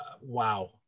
wow